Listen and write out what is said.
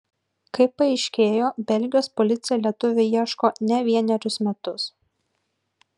kaip paaiškėjo belgijos policija lietuvio ieško ne vienerius metus